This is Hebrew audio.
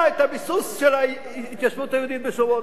את הביסוס של ההתיישבות היהודית בשומרון.